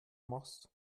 machst